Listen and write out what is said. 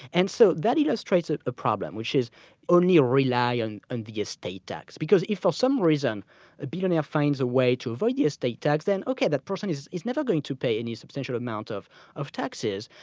and so that illustrates a problem, which is only rely on and the estate tax, because if for some reason a billionaire finds a way to avoid the estate tax, then okay, that person is is never going to pay any substantial amount of of taxes.